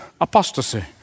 apostasy